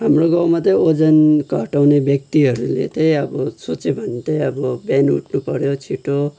हाम्रो गाउँमा चाहिँ वजन घटाउने व्यक्तिहरूले चाहिँ अब सोच्यो भने चाहिँ अब बिहान उठ्नु पऱ्यो छिटो